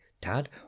Dad